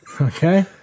Okay